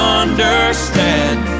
understand